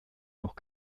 noch